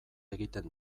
egiten